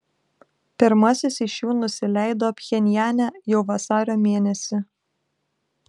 pirmasis iš jų nusileido pchenjane jau vasario mėnesį